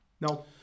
No